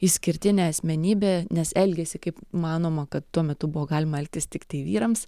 išskirtinė asmenybė nes elgėsi kaip manoma kad tuo metu buvo galima elgtis tiktai vyrams